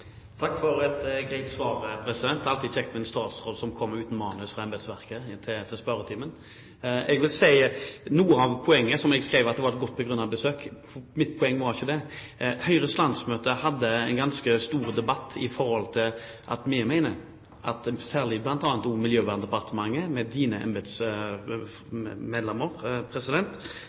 Takk for et greit svar. Det er alltid kjekt med en statsråd som kommer til spørretimen uten manus fra embetsverket. Noe av poenget var, som jeg skrev, at det var «et godt begrunnet besøk». Mitt poeng var ikke det. Høyres landsmøte hadde en ganske stor debatt i forbindelse med at vi mener at bl.a. Miljøverndepartementet, med de embetsmenn miljøvernministeren har, er overadministrert og har for mange ansatte. De driver med